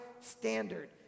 standard